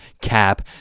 cap